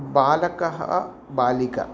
बालकः बालिका